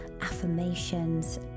affirmations